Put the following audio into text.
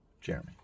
Jeremy